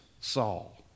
Saul